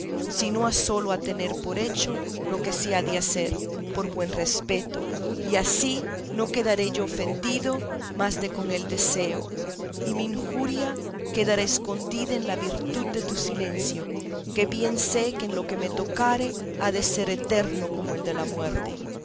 sino a sólo a tener por hecho lo que se ha de hacer por buen respeto y así no quedaré yo ofendido más de con el deseo y mi injuria quedará escondida en la virtud de tu silencio que bien sé que en lo que me tocare ha de ser eterno como el de la muerte